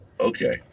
Okay